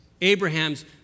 Abraham's